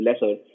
lesser